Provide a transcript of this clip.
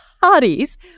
parties